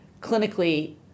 clinically